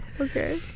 Okay